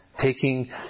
taking